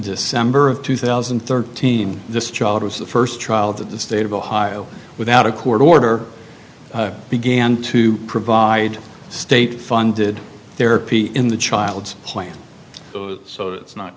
december of two thousand and thirteen this child was the first child that the state of ohio without a court order began to provide state funded therapy in the child's plan so it's not